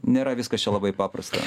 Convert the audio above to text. nėra viskas čia labai paprasta